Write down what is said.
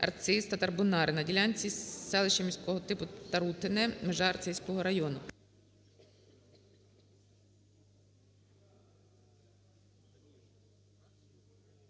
Арциз - Татарбунари (на ділянці селище міського типу Тарутине - межа Арцизького району).